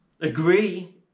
agree